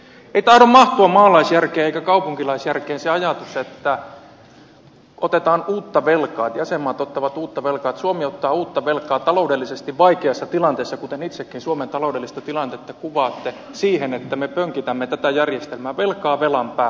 ei tahdo mahtua maalaisjärkeen eikä kaupunkilaisjärkeen se ajatus että otetaan uutta velkaa jäsenmaat ottavat uutta velkaa että suomi ottaa uutta velkaa taloudellisesti vaikeassa tilanteessa kuten itsekin suomen taloudellista tilannetta kuvaatte siten että me pönkitämme tätä järjestelmää velkaa velan päälle